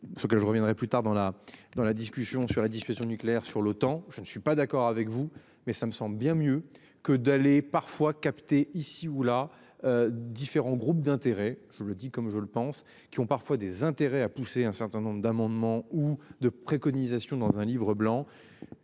je reviendrai plus tard dans la, dans la discussion sur la dissuasion nucléaire sur le temps, je ne suis pas d'accord avec vous mais ça me semble bien mieux que d'aller parfois capter ici ou là. Différents groupes d'intérêts je vous le dis comme je le pense qui ont parfois des intérêts a poussé un certain nombre d'amendements ou de préconisations dans un livre blanc.